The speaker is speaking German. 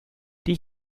die